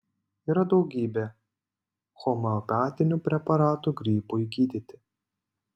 yra daugybė homeopatinių preparatų gripui gydyti